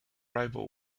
rival